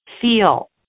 feel